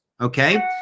okay